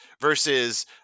versus